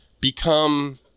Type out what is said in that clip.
Become